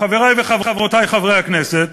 חברי וחברותי חברי הכנסת,